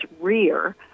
rear